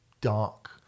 dark